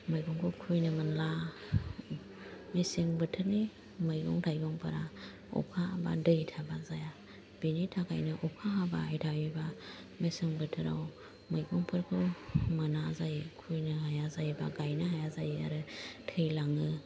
मैगंबो खुबैनो मोनला मेसें बोथोरनि मैगं थाइगंफोरा अखा एबा दै थाबा जाया बेनि थाखायनो अखा हाबाय थायोब्ला मेसें बोथोराव मैगंफोरखौ मोना जायो खुबैनो हाया एबा गाइनो हाया जायो आरो थैलाङो